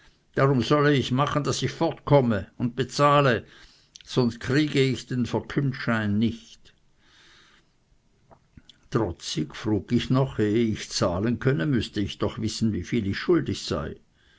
darum solle ich machen daß ich fortkomme und bezahle sonst kriege ich den verkündschein nicht trotzig frug ich noch ehe ich zahlen könne müßte ich doch wissen wie viel ich schuldig sei